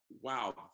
wow